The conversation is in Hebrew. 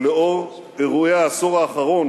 שלאור אירועי העשור האחרון